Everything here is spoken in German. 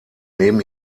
neben